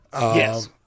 Yes